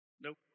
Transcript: Nope